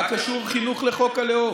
מה קשור חינוך לחוק הלאום?